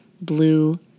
blue